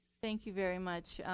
thank you very much.